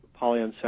polyunsaturated